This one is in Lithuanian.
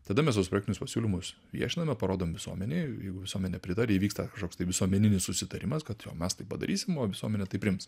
tada mes tuos projektinius pasiūlymus viešiname parodom visuomenei jeigu visuomenė pritaria įvyksta kažkoks tai visuomeninis susitarimas kad jo mes tai padarysim o visuomenė tai priims